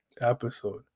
episode